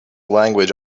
language